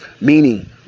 Meaning